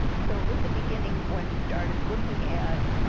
so in the beginning, when we started looking at